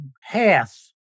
half